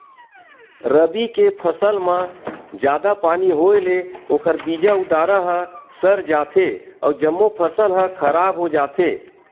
रबी के फसल म जादा पानी होए ले ओखर बीजा अउ डारा ह सर जाथे अउ जम्मो फसल ह खराब हो जाथे